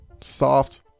soft